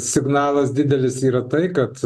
signalas didelis yra tai kad